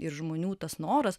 ir žmonių tas noras